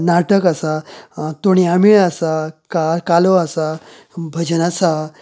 नाटक आसा तोणयामेळ आसा का कालो आसा भजन आसा